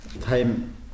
time